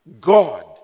God